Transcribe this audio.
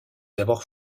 avoir